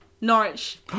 Norwich